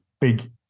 big